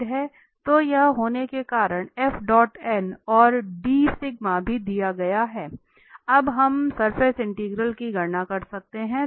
तो यह होने के कारण और भी दिया गया है अब हम सरफेस इंटीग्रल की गणना कर सकते हैं